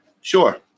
Sure